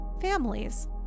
families